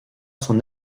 son